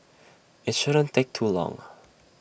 IT shouldn't take too long